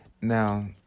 Now